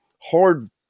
hard